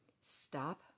stop